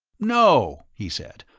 no, he said,